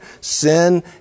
sin